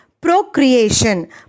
procreation